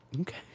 Okay